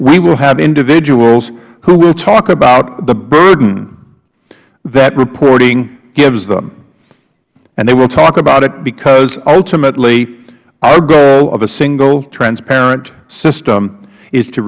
we will have individuals who will talk about the burden that reporting gives them and they will talk about it because ultimately our goal of a single transparent system is to